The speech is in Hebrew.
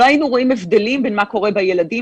לא היינו רואים הבדלים בין מה קורה בילדים